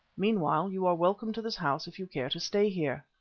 meanwhile, you are welcome to this house if you care to stay here.